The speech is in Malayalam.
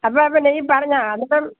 അപ്പോൾ പിന്നെ ഈ പറഞ്ഞ അതിപ്പം